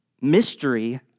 mystery